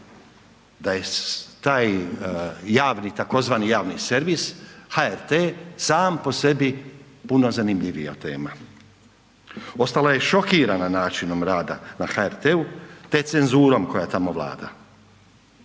da je taj tzv. javni servis HRT sam po sebi puno zanimljivija tema. Ostala je šokirana načinom rada na HRT-u te cenzurom koja tamo vlada.